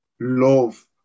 love